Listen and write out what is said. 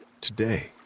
today